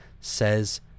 says